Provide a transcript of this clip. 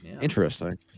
Interesting